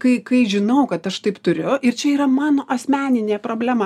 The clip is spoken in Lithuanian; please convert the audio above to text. kai kai žinau kad aš taip turiu ir čia yra mano asmeninė problema